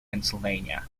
pennsylvania